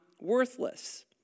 worthless